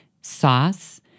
sauce